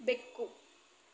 ಬೆಕ್ಕು